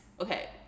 okay